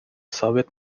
ثابت